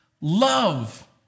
Love